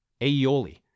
aioli